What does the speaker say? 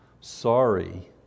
sorry